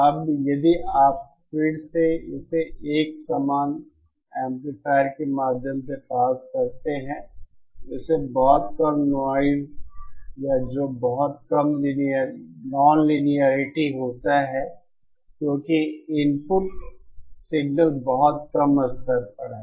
अब यदि आप फिर से इसे एक समान एम्पलीफायर के माध्यम से पास करते हैं तो इसे बहुत कम नाइज या जो बहुत कम ननलिनियेरिटी होता है क्योंकि इनपुट सिग्नल बहुत कम स्तर पर है